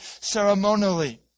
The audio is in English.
ceremonially